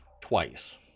twice